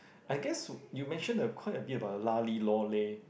I guess you mentioned a quite a bit about the lah li lor leh